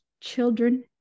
children